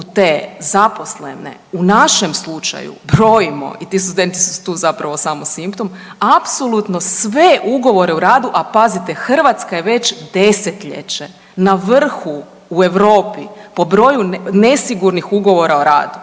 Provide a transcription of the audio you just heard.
te zaposlene u našem slučaju brojimo i tu .../Govornik se ne razumije./... su tu samo simptom, apsolutno sve ugovore o radu, a pazite, Hrvatska je već desetljeće na vrhu u Europi po broju nesigurnih ugovora o radu.